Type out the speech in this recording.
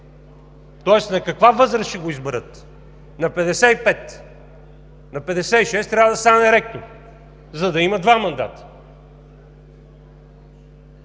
Тоест на каква възраст ще го изберат – на 55? На 56 трябва да стане ректор, за да има два мандата.